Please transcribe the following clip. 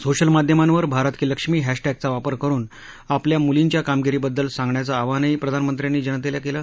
social माध्यमांवर भारत की लक्ष्मी हधटेखि वापर करून आपल्या मुलींच्या कामगिरीबद्दल सांगण्याचं आवाहनही प्रधानमंत्र्यांनी जनतेला केलं